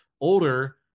older